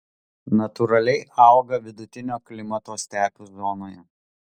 natūraliai auga vidutinio klimato stepių zonoje